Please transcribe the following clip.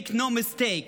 Make no mistake,